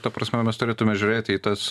ta prasme mes turėtume žiūrėti į tas